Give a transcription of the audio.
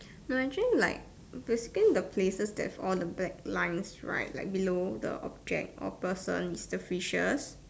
no actually like we scan the places that's on the black lines right like below the objects or persons is the fishes